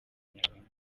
inyarwanda